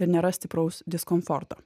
ir nera stipraus diskomforto